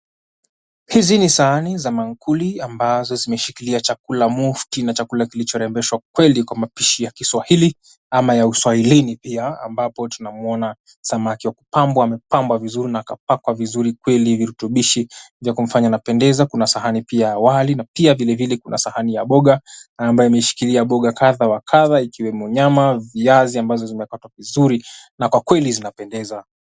Hizi ni sahani za maankuli ambazo zimeshikilia chakula mufti na chakula kilichorembeshwa kweli kwa mapishi ya Kiswahili ama ya uswahilini pia ambapo tunamuona samaki wa kupambwa amepambwa vizuri na kapakwa vizuri kweli virutubishi vya kumfanya anapendeza. Kuna sahani pia ya wali na pia vile vile kuna sahani ya boga ambayo imeshikilia boga kadha wa kadha ikiwemo nyama, viazi ambazo zimekatwa vizuri na kwa kweli zinapendeza.